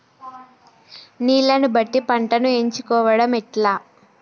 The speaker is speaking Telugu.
నీళ్లని బట్టి పంటను ఎంచుకోవడం ఎట్లా?